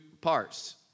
parts